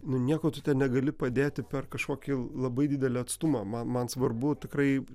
nu nieko tu ten negali padėti per kažkokį labai didelį atstumą man man svarbu tikrai